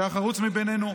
שהיה החרוץ מביננו.